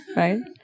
right